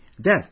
death